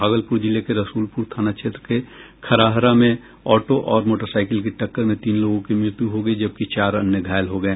भागलपुर जिले के रसूलपुर थाना क्षेत्र के खराहरा में ऑटो और मोटरसाईकिल की टक्कर में तीन लोगों की मृत्यु हो गयी जबकि चार अन्य घायल हो गये